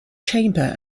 chamber